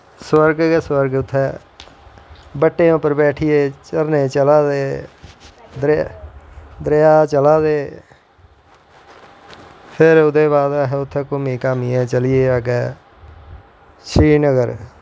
स्वर्ग गै स्वर्ग उत्थें बट्टें उप्पर बैठियै झरनें चला दे दरिया चला दे फिर अस उत्थें घूमीं घामियैं चली गे अग्गैं श्रीनगर